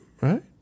right